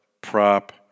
prop